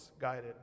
guided